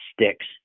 sticks